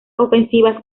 ofensivas